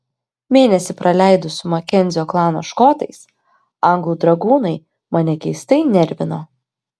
mėnesį praleidus su makenzio klano škotais anglų dragūnai mane keistai nervino